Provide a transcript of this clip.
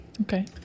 Okay